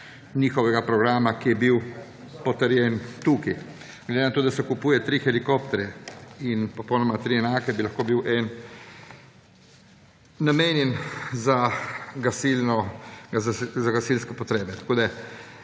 njihovega programa, ki je bil potrjen tukaj. Glede na to, da se kupuje tri helikopterje, popolnoma tri enake, bi lahko bil en namenjen za gasilske potrebe. Tukaj